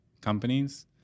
companies